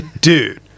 dude